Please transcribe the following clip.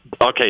okay